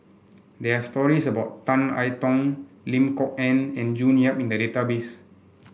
there are stories about Tan I Tong Lim Kok Ann and June Yap in the database